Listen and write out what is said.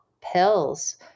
pills